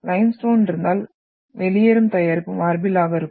limestone இருந்தால் வெளியேறும் தயாரிப்பு மார்பில் ஆகும்